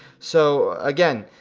so, again,